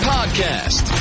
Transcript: Podcast